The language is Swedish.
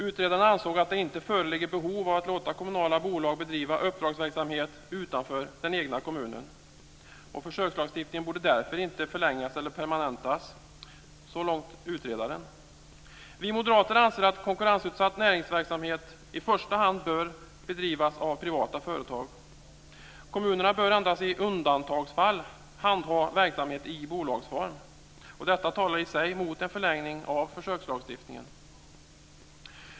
Utredarna ansåg att det inte föreligger behov av att låta kommunala bolag bedriva uppdragsverksamhet utanför den egna kommunen. Försökslagstiftningen borde därför inte förlängas eller permanentas. Så långt utredaren. Vi moderater anser att konkurrensutsatt näringsverksamhet i första hand bör bedrivas av privata företag. Kommunerna bör endast i undantagsfall handha verksamhet i bolagsform. Detta talar i sig emot en förlängning av försökslagstiftningen.